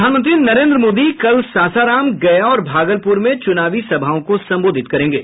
प्रधानमंत्री नरेंद्र मोदी कल सासाराम गया और भागलपुर में चुनावी सभाओं को संबोधित करेंगे